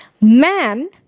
man